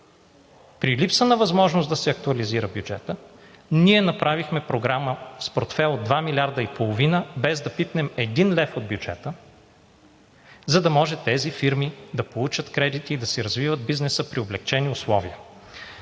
при липса на възможност да се актуализира бюджетът, ние направихме програма с портфейл от 2,5 милиарда, без да пипнем един лев от бюджета, за да може тези фирми да получат кредити, да си развиват бизнеса при облекчени условия.